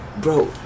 Bro